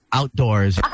outdoors